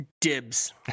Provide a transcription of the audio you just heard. Dibs